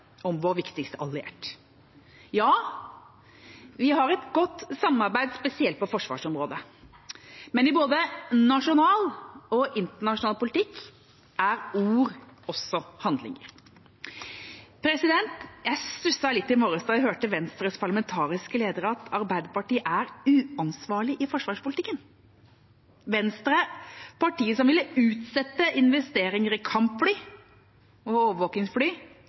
om vår viktigste allierte. Ja, vi har et godt samarbeid, spesielt på forsvarsområdet. Men i både nasjonal og internasjonal politikk er ord også handlinger. Jeg stusset litt i morges da jeg hørte av Venstres parlamentariske leder at Arbeiderpartiet er uansvarlig i forsvarspolitikken – Venstre, partiet som ville utsette investeringer i kampfly og overvåkingsfly,